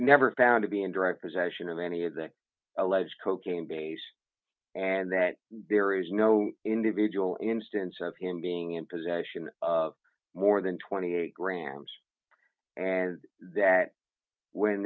never found to be in direct possession of any of the alleged cocaine base and that there is no individual instance of him being in possession of more than twenty eight grams and that when